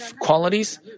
qualities